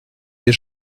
des